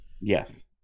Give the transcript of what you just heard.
Yes